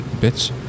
bitch